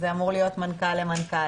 זה אמור להיות מנכ"ל למנכ"ל,